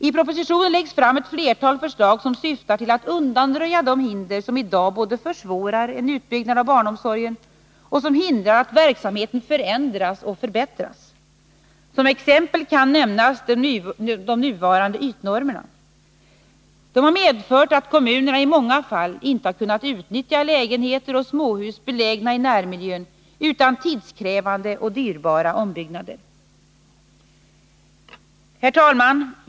I propositionen läggs fram ett antal förslag som syftar till att undanröja de hinder som i dag både försvårar en utbyggnad av barnomsorgen och hindrar att verksamheten förändras och förbättras. Som exempel kan nämnas de nuvarande ytnormerna. De har medfört att kommunerna i många fall inte har kunnat utnyttja lägenheter och småhus, belägna i närmiljön, utan tidskrävande och dyrbara ombyggnader. Herr talman!